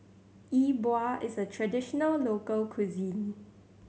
Yi Bua is a traditional local cuisine